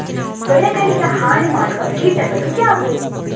ಬೆಳೆಗಳಿಗೆ ಹಾನಿ ಮಾಡುವ ಕೀಟಗಳು ಯಾವುವು?